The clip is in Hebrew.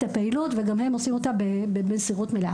הפעילות וגם הם עושים אותה במסירות מלאה.